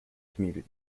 community